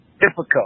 difficult